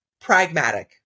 pragmatic